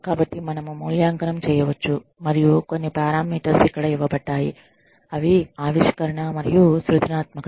కాబట్టి మనము మూల్యాంకనం చేయవచ్చు మరియు కొన్ని పారామీటర్స్ ఇక్కడ ఇవ్వబడ్డాయి అవి ఆవిష్కరణ మరియు సృజనాత్మకత